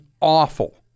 awful